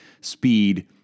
speed